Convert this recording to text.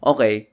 Okay